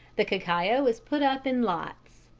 the cacao is put up in lots.